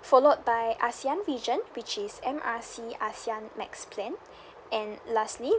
followed by ASEAN region which is M R C ASEAN max plan and lastly